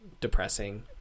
depressing